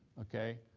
okay?